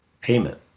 payment